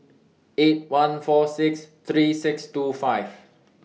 eight one four six three six two five